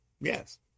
Yes